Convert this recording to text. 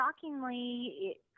shockingly